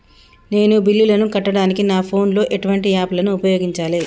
నేను బిల్లులను కట్టడానికి నా ఫోన్ లో ఎటువంటి యాప్ లను ఉపయోగించాలే?